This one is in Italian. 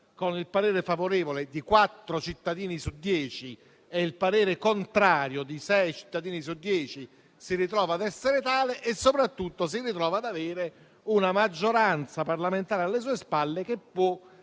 con il parere favorevole di quattro cittadini su dieci e il parere contrario di sei cittadini su dieci, si ritrova ad essere tale e soprattutto si ritrova ad avere una maggioranza parlamentare alle sue spalle che può,